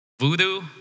Voodoo